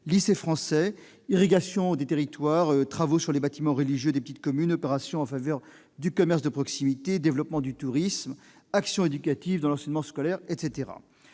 lycées français, irrigation culturelle des territoires, travaux sur les bâtiments religieux des petites communes, opérations en faveur des commerces de proximité, développement du tourisme, actions éducatives dans l'enseignement scolaire, etc.